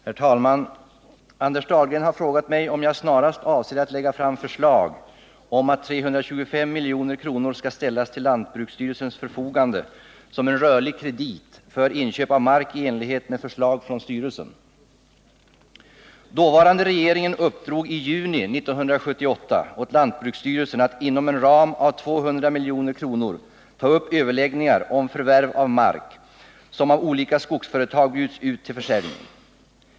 Herr talman! Anders Dahlgren har frågat mig om jag snarast avser att lägga fram förslag om att 325 milj.kr. skall ställas till lantbruksstyrelsens förfogande som en rörlig kredit för inköp av mark i enlighet med förslag från styrelsen. Den dåvarande regeringen uppdrog i juni 1978 åt lantbruksstyrelsen att inom en ram av 200 milj.kr. ta upp överläggningar om förvärv av mark, som av olika skogsföretag bjuds ut till försäljning.